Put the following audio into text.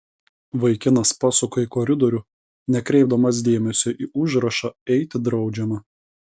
vaikinas pasuka į koridorių nekreipdamas dėmesio į užrašą eiti draudžiama